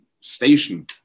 station